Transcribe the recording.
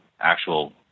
actual